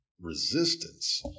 resistance